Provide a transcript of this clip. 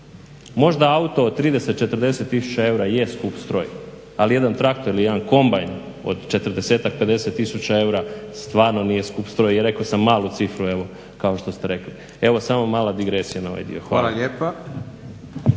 Možda auto od 30, 40 tisuća eura jest skup stroj, ali jedan traktor ili jedan kombajn od 40-ak, 50 tisuća eura stvarno nije skup stroj i rekao sam malu cifru evo kao što ste rekli. Evo, samo mala digresija na ovaj dio. **Leko,